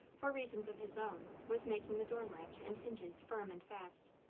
for reasons of his own, was making the door-latch and hinges firm and fast.